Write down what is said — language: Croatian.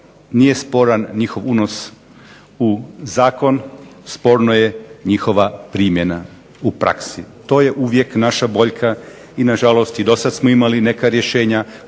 nije sporan njihov unos u zakon. Sporno je njihova primjena u praksi. To je uvijek naša boljka i na žalost i do sad smo imali neka rješenja